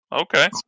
Okay